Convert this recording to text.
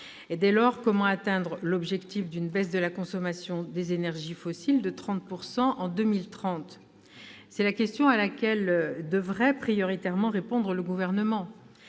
Dès lors, comment atteindre l'objectif d'une baisse de la consommation des énergies fossiles de 30 % en 2030 ? C'est la question à laquelle devrait prioritairement répondre le Gouvernement.